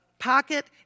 pocket